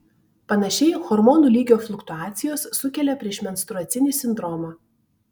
panašiai hormonų lygio fluktuacijos sukelia priešmenstruacinį sindromą